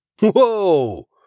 Whoa